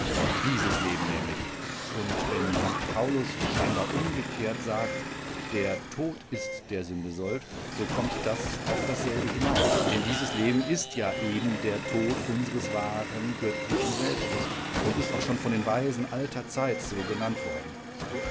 dieses leben nämlich und wenn sankt paulus scheinbar umgekehrt sagt der tod ist der sünde sold so kommt das auf dasselbe hinaus denn dies leben ist ja eben der tod unseres wahren göttlichen selbstes und ist auch schon von den weisen alter zeit so genannt worden